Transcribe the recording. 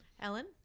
ellen